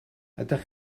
ydych